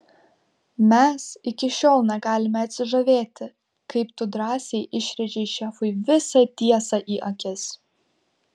mes iki šiol negalime atsižavėti kaip tu drąsiai išrėžei šefui visą tiesą į akis